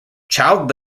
child